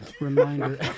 reminder